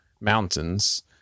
mountains